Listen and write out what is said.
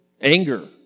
anger